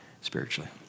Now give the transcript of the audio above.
spiritually